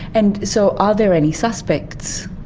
and so are there any suspects?